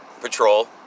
Patrol